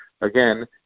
again